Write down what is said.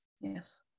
Yes